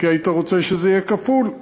אם כי היית רוצה שזה יהיה כפול.